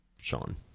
Sean